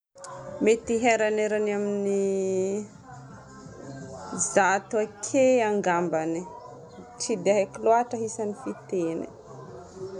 Mety hieranerany amin'ny zato ake angambany. Tsy dia haiko loatra isan'ny fiteny.